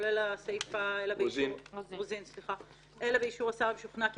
כולל הסעיף שאומר "אלא באישור השר אם שוכנע כי